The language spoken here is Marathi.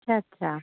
अच्छा अच्छा